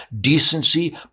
decency